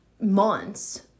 months